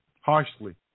harshly